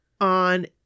on